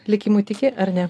likimu tiki ar ne